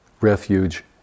refuge